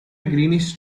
greenish